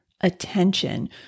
attention